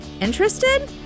Interested